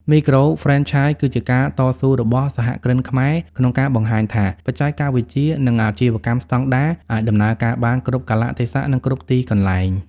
មីក្រូហ្វ្រេនឆាយគឺជាការតស៊ូរបស់សហគ្រិនខ្មែរក្នុងការបង្ហាញថា បច្ចេកវិទ្យា និងអាជីវកម្មស្ដង់ដារអាចដំណើរការបានគ្រប់កាលៈទេសៈ និងគ្រប់ទីកន្លែង។